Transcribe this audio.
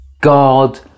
God